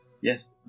Yes